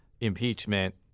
impeachment